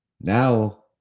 Now